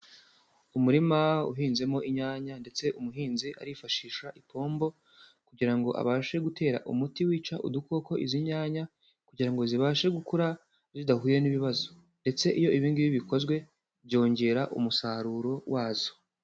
Umurima uhinzemo inyanya ndetse umuhinzi arifashisha ipombo kugira ngo abashe gutera umuti wica udukoko izi nyanya kugira ngo zibashe gukura zidahuye n'ibibazo ndetse iyo ibi ngibi bikozwe byongera umusaruro wazo.